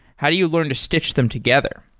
how do you learn to stitch them together?